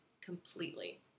completely